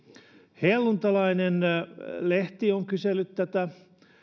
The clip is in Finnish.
helluntailainen lehti on kysellyt tätä